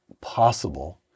possible